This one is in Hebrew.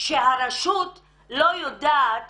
שהרשות לא יודעת